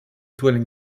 dwelling